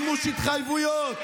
מימוש התחייבויות.